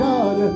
God